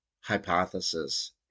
hypothesis